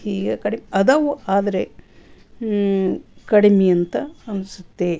ಹೀಗೆ ಕಡೆ ಇದಾವೆ ಆದರೆ ಕಡಿಮೆ ಅಂತ ಅನ್ಸುತ್ತೆ